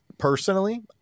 Personally